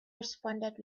responded